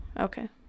Okay